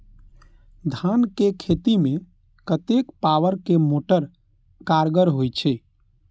धान के खेती में कतेक पावर के मोटर कारगर होई छै?